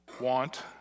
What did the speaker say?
want